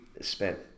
spent